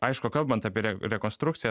aišku kalbant apie rekonstrukciją